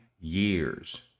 years